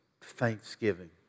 Thanksgiving